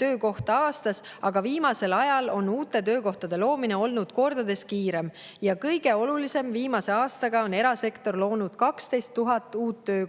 töökohta aastas, aga viimasel ajal on uute töökohtade loomine olnud kordades kiirem. Ja kõige olulisem: viimase aastaga on erasektor loonud 12 000 uut töökohta.